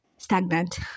stagnant